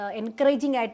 encouraging